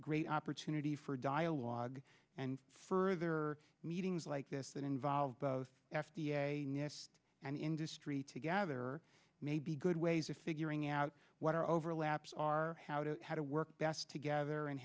great opportunity for dialogue and further meetings like this that involve both f d a and industry to gather may be good ways of figuring out what our overlaps are how to how to work best together and